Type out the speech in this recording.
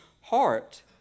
heart